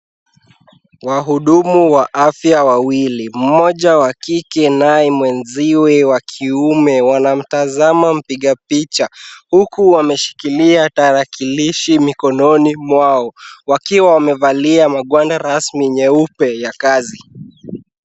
Wahudumu wa afya wawili mmoja wa kike naye mwenziwe wa kiume wanamtazama mpiga picha huku wameshikilia tarakilishi mikononi mwao wakiwa wamevalia magwanda rasmi nyeupe ya kazi.